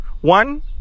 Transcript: One